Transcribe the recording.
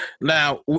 now